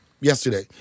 yesterday